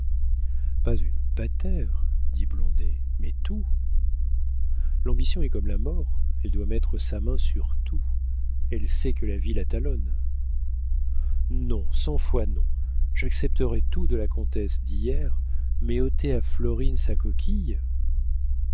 pas une patère dit blondet mais tout l'ambition est comme la mort elle doit mettre sa main sur tout elle sait que la vie la talonne non cent fois non j'accepterais tout de la comtesse d'hier mais ôter à florine sa coquille